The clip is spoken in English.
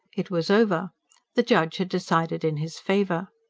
it was over the judge had decided in his favour.